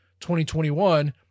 2021